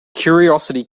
curiosity